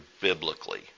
biblically